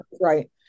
right